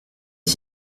est